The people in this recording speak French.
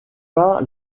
pas